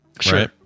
Sure